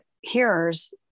hearers